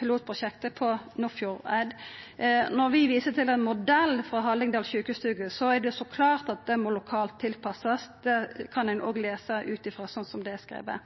pilotprosjektet på Nordfjordeid. Når vi viser til ein modell frå Hallingdal Sjukestugu, er det så klart at det må lokalt tilpassast. Det kan ein òg lesa ut frå det som er skrive.